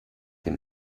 dem